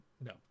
No